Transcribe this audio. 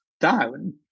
down